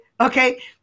okay